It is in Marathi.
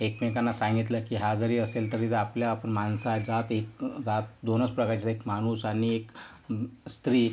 एकमेकांना सांगितलं की हा जरी असेल तरी जर आपल्या आपण माणसाचा एक जात दोनच प्रकारच्या आहे एक माणूस आणि एक स्त्री